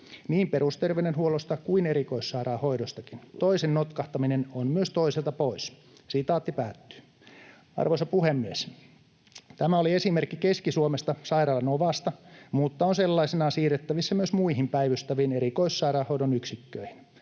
niin perusterveydenhuollosta kuin erikoissairaanhoidostakin. Toisen notkahtaminen on myös toiselta pois.” Arvoisa puhemies! Tämä oli esimerkki Keski-Suomesta Sairaala Novasta, mutta on sellaisenaan siirrettävissä myös muihin päivystäviin erikoissairaanhoidon yksiköihin.